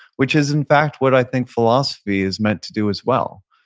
which is in fact what i think philosophy is meant to do as well.